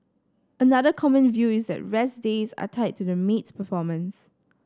another common view is that rest days are tied to the maid's performance